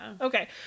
Okay